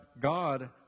God